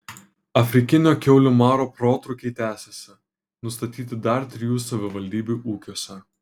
afrikinio kiaulių maro protrūkiai tęsiasi nustatyti dar trijų savivaldybių ūkiuose